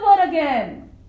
again